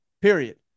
Period